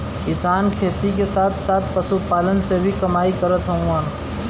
किसान खेती के साथ साथ पशुपालन से भी कमाई करत हउवन